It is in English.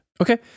Okay